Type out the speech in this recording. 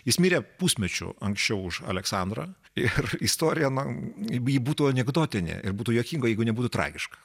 jis mirė pusmečiu anksčiau už aleksandrą ir istorija na ji ji būtų anekdotinė ir būtų juokinga jeigu nebūtų tragiška